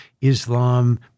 Islam